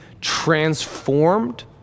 transformed